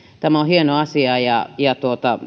tämä on hieno ja